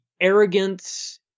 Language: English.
arrogance